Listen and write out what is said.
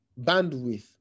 bandwidth